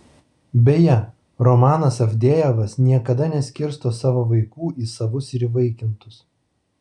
beje romanas avdejevas niekada neskirsto savo vaikų į savus ir įvaikintus